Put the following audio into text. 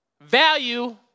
value